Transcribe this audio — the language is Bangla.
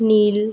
নীল